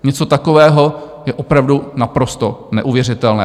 Něco takového je opravdu naprosto neuvěřitelné.